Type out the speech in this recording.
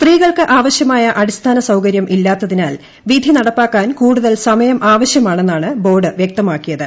സ്ത്രീകൾക്ക് ആവശ്യമായ അടിസ്ഥാന സൌകര്യം ഇല്ലാത്തതിനാൽ വിധി നടപ്പാക്കാൻ കൂടുതൽ സമയം ആവശ്യമാണെന്നാണ് ബോർഡ് വ്യക്തമാക്കിയത്